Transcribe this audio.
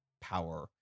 power